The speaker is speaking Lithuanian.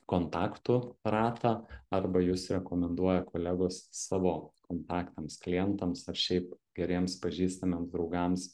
kontaktų ratą arba jus rekomenduoja kolegos savo kontaktams klientams ar šiaip geriems pažįstamiems draugams